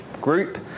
Group